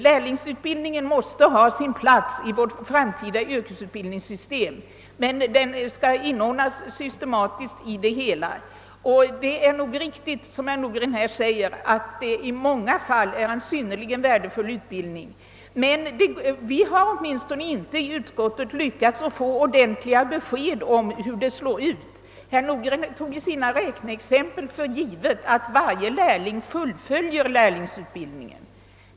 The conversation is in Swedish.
Lärlingsutbildningen måste ha sin plats i vårt framtida yrkesutbildningssystem, men den skall inordnas systematiskt i det hela. Det är nog riktigt som herr Nordgren säger att lärlingsutbildningen i många fall är synnerligen värdefull, men utskottet har inte lyckats få klara besked om hur den slår ut. Herr Nordgren tog i sina räkneexempel för givet att varje lärling fullföljer lärlingsutbildningen.